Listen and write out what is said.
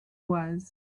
was